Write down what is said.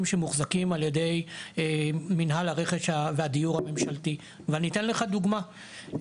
שמוחזקים על ידי מנהל הרכש והדיור הממשלתי ואני אתן לך דוגמא,